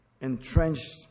entrenched